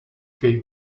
gay